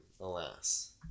Alas